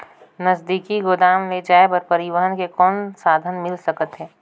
नजदीकी गोदाम ले जाय बर परिवहन के कौन साधन मिल सकथे?